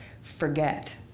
forget